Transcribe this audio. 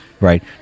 right